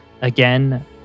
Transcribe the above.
again